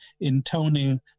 intoning